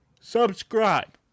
subscribe